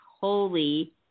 holy